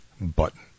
button